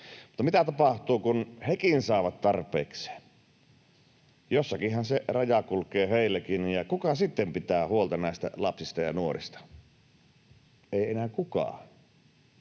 mutta mitä tapahtuu, kun hekin saavat tarpeekseen? Jossakinhan se raja kulkee heilläkin, ja kuka sitten pitää huolta näistä lapsista ja nuorista? Ei enää kukaan.